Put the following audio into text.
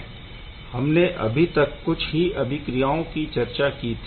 हमने अभी तक कुछ ही अभिक्रियाओं की चर्चा की थी